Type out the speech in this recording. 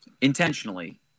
Intentionally